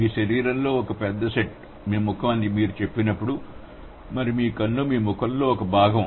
మీ శరీరంలో ఒక పెద్ద సెట్ మీ ముఖం అని మీరు చెప్పినప్పుడు మరియు కన్ను మీ ముఖంలో ఒక భాగం